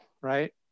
right